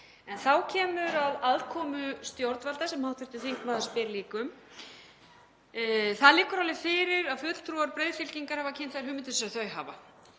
Þá kemur að aðkomu stjórnvalda sem hv. þingmaður spyr líka um. Það liggur alveg fyrir að fulltrúar breiðfylkingarinnar hafa kynnt þær hugmyndir sem þau hafa.